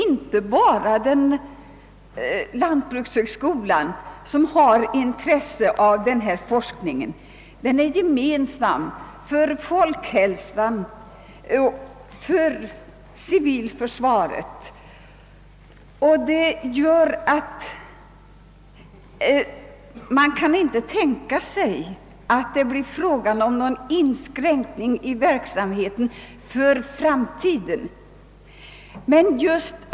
Inte bara lantbrukshögskolan har intresse av denna forskning — intresset delas av folkhälsan och det civila försvaret.